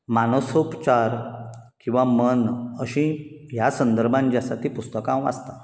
मानसोपचार किंवा मन अशीं ह्या संदर्भान जी आसा तीं पुस्तकां हांव वाचतां